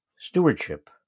stewardship